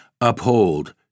Uphold